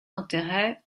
intérêts